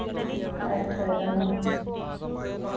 ᱟᱪᱪᱷᱟ ᱛᱟᱦᱞᱮ